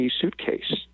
suitcase